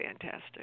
fantastic